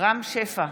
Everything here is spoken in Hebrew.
רם שפע,